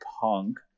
punk